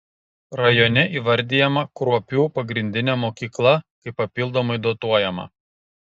rajone įvardijama kruopių pagrindinė mokykla kaip papildomai dotuojama